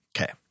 Okay